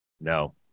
no